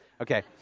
Okay